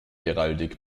heraldik